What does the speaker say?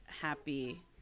happy